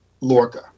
Lorca